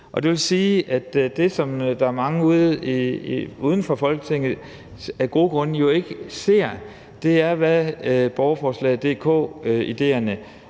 Det vil sige, at det, som der er mange uden for Folketinget der af gode grunde jo ikke ser, er, hvad idéerne